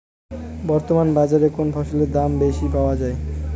বর্তমান বাজারে কোন ফসলের দাম বেশি পাওয়া য়ায়?